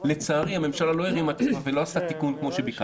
אבל לצערי הממשלה לא הרימה את הכפפה ולא עשתה את התיקון שביקשתי.